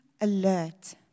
alert